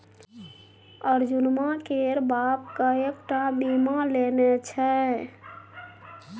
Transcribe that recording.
अर्जुनमा केर बाप कएक टा बीमा लेने छै